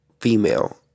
female